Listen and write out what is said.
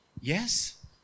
Yes